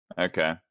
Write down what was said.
Okay